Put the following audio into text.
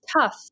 tough